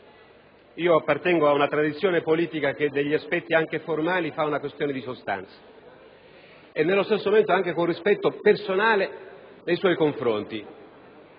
io appartengo ad una tradizione politica che degli aspetti formali fa anche una questione di sostanza - e nello stesso momento anche con rispetto personale nei suoi confronti.